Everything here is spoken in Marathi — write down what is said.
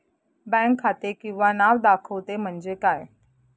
बँक खाते किंवा नाव दाखवते म्हणजे काय?